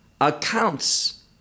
accounts